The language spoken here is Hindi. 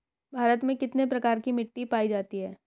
भारत में कितने प्रकार की मिट्टी पाई जाती हैं?